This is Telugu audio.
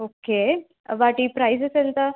ఓకే వాటి ప్రైజెస్ ఎంత